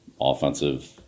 offensive